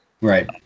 Right